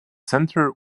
center